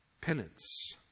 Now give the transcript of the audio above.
penance